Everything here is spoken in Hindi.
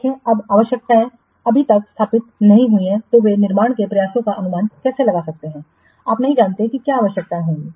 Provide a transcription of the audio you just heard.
देखें जब आवश्यकताएं अभी तक स्थापित नहीं हुई हैं तो वे निर्माण के प्रयासों का अनुमान कैसे लगा सकते हैं आप नहीं जानते कि क्या आवश्यकताएं होंगी